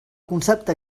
concepte